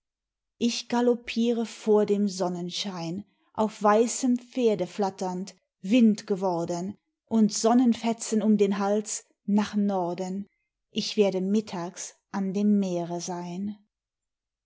ich galoppiere vor dem sonnenschein auf weißem pferde flatternd wind geworden und sonnenfetzen um den hals nach norden ich werde mittags an dem meere sein